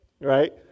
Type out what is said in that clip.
right